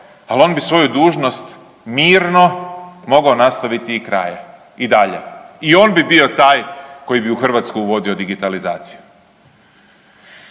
al on bi svoju dužnost mirno mogao nastaviti i dalje i on bi bio taj koji bi u Hrvatsku uvodio digitalizaciju.